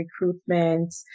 recruitment